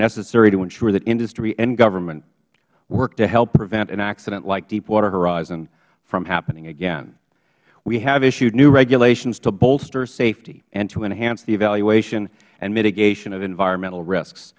necessary to ensure that industry and government worked to help prevent an accident like deepwater horizon from happening again we have issued new regulations to bolster safety and to enhance the evaluation and mitigation of environmental risks